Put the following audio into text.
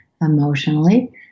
emotionally